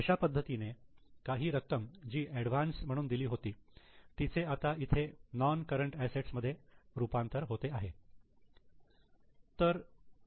अशा पद्धतीने काही रक्कम जी ऍडव्हान्स म्हणून दिली होती तिचे आता इतर नोन करंट असेट्स मध्ये रूपांतर होते आहे